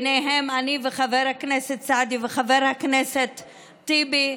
אני וחבר הכנסת סעדי וחבר הכנסת טיבי,